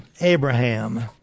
Abraham